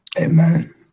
amen